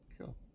Cool